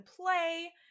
play